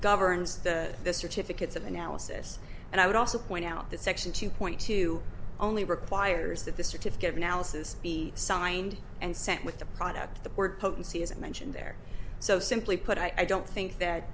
governs the certificates of analysis and i would also point out that section two point two only requires that the certificate analysis be signed and sent with the product the potency isn't mentioned there so simply put i don't think that